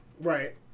Right